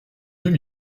deux